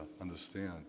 understand